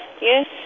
Yes